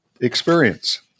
experience